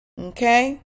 Okay